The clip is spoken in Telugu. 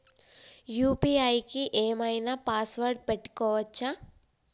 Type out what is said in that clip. యూ.పీ.ఐ కి ఏం ఐనా పాస్వర్డ్ పెట్టుకోవచ్చా?